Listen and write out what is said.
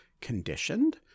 conditioned